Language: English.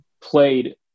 played